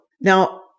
Now